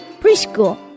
Preschool